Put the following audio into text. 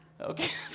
okay